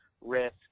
risk